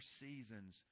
seasons